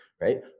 right